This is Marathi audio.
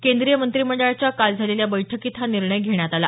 केंद्रीय मंत्रिमंडळाच्या काल झालेल्या बैठकीत हा निर्णय घेण्यात आला